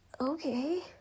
Okay